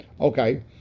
Okay